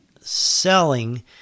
selling